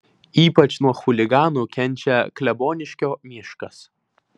ypač nuo chuliganų kenčia kleboniškio miškas